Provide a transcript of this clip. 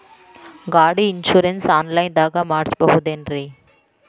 ಗಾಡಿ insurance online ದಾಗ ಮಾಡಸ್ಬಹುದೆನ್ರಿ?